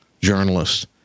journalists